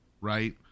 Right